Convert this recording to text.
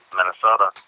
Minnesota